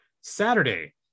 Saturday